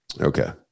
Okay